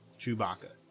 Chewbacca